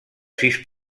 sis